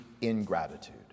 ingratitude